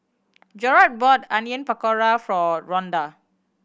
Jerrod bought Onion Pakora for Rhonda